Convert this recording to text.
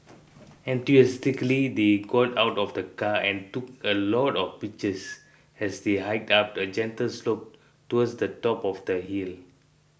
enthusiastically they got out of the car and took a lot of pictures as they hiked up a gentle slope towards the top of the hill